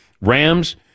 Rams